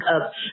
up